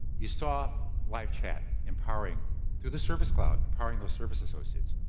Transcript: you saw live chat empowering through the service cloud, empowering those service associates.